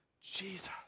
Jesus